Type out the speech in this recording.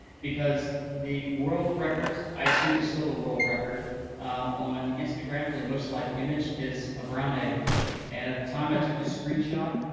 because the world record. i assume it's still the world record on instagram for the most liked image is a brown egg, and at the time i took this screenshot,